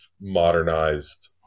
modernized